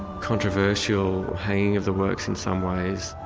controversial hanging of the works, in some ways.